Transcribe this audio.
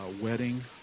wedding